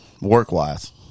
work-wise